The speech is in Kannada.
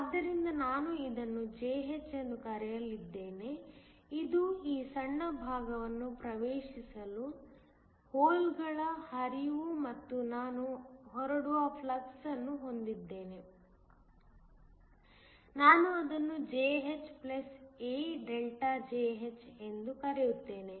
ಆದ್ದರಿಂದ ನಾನು ಇದನ್ನು Jh ಎಂದು ಕರೆಯಲಿದ್ದೇನೆ ಇದು ಈ ಸಣ್ಣ ಭಾಗವನ್ನು ಪ್ರವೇಶಿಸುವ ಹೋಲ್ಗಳ ಹರಿವು ಮತ್ತು ನಾನು ಹೊರಡುವ ಫ್ಲಕ್ಸ್ ಅನ್ನು ಹೊಂದಿದ್ದೇನೆ ನಾನು ಅದನ್ನು Jh A ΔJh ಎಂದು ಕರೆಯುತ್ತೇನೆ